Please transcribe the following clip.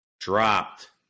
dropped